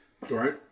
Right